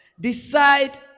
decide